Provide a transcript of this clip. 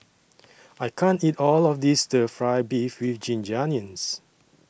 I can't eat All of This Stir Fry Beef with Ginger Onions